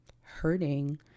hurting